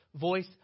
voice